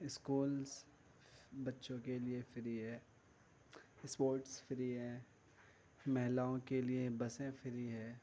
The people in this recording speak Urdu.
اسکولس بچوں کے لیے فری ہے اسپوٹس فری ہے مہیلاؤں کے لیے بسیں فری ہے